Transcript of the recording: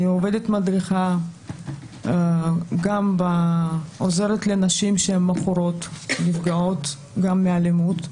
אני עובדת כמדריכה וגם עוזרת לנשים מכורות ונפגעות גם מאלימות.